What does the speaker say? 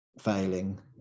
failing